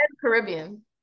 Caribbean